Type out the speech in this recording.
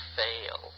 fail